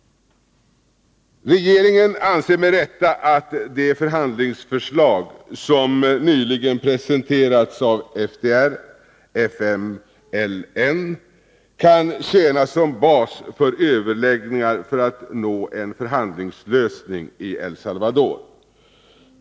Regeringen anser med rätta att de förhandlingsförslag som nyligen presenterats av FDR/FMLN kan tjäna som bas för överläggningar när det gäller att nå en förhandlingslösning i El Salvador.